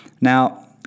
Now